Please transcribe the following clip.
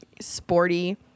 sporty